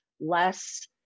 less